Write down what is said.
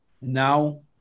Now